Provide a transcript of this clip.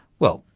well,